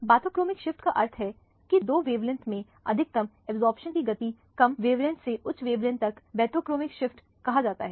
bathochromic shift का अर्थ है कि दो वेवलेंथ से अधिकतम अब्जॉर्प्शन की गति कम वेवलेंथ से उच्च वेवलेंथ तक बथोक्रोमिक शिफ्ट कहा जाता है